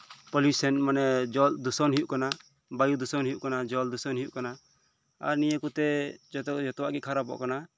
pollution ᱢᱟᱱᱮ ᱡᱚᱞ ᱫᱷᱩᱥᱚᱱ ᱦᱩᱭᱩᱜ ᱠᱟᱱᱟ ᱵᱟᱭᱩ ᱫᱷᱩᱥᱚᱱ ᱦᱩᱭᱩᱜ ᱠᱟᱱᱟ ᱡᱚᱞ ᱫᱷᱩᱥᱚᱱ ᱦᱩᱭᱩᱜ ᱠᱟᱱᱟ ᱟᱨ ᱱᱤᱭᱟᱹ ᱠᱚᱛᱮ ᱡᱚᱛᱚᱣᱟᱜ ᱜᱮ ᱠᱷᱟᱨᱟᱯᱚᱜ ᱠᱟᱱᱟ